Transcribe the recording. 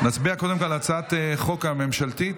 נצביע קודם כול על הצעת החוק הממשלתית.